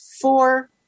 four